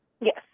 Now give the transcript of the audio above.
Yes